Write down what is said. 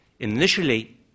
Initially